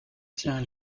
tient